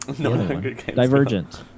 Divergent